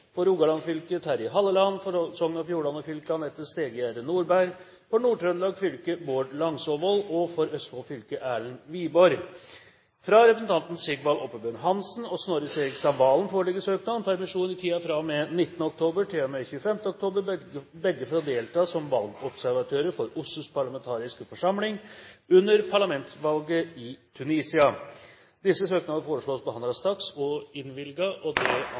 For Rogaland fylke: Terje Halleland For Sogn og Fjordane fylke: Anette Stegegjerdet Norberg For Nord-Trøndelag fylke: Bård Langsåvold For Østfold fylke: Erlend Wiborg Fra representantene Sigvald Oppebøen Hansen og Snorre Serigstad Valen foreligger søknader om permisjon i tiden fra og med 19. oktober til og med 25. oktober, begge for å delta som valgobservatører for OSSEs parlamentariske forsamling under parlamentsvalget i Tunisia. Etter forslag fra presidenten ble enstemmig besluttet: Søknadene behandles straks og